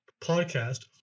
podcast